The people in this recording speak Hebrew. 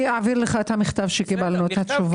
אעביר לך את המכתב שקיבלנו, את התשובה.